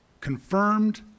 confirmed